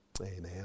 Amen